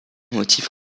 motif